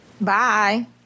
Bye